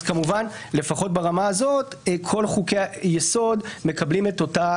אז כמובן לפחות ברמה הזאת כל חוקי היסוד מקבלים את אותה